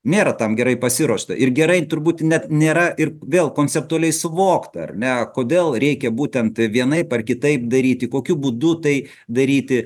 nėra tam gerai pasiruošta ir gerai turbūt net nėra ir vėl konceptualiai suvokt ar ne kodėl reikia būtent vienaip ar kitaip daryti kokiu būdu tai daryti